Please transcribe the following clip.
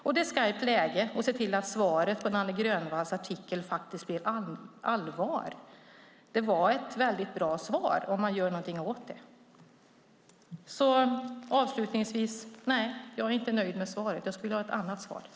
Det är också skarpt läge för att se till att svaret på Nanne Grönvalls artikel blir seriöst. Det är ett mycket bra svar om man gör någonting av det. Avslutningsvis: Nej, jag är inte nöjd med svaret. Jag skulle vilja ha ett annat svar.